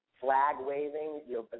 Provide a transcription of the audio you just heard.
flag-waving